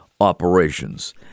operations